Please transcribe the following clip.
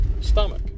stomach